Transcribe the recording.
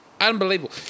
Unbelievable